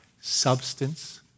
Substance